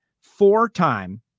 four-time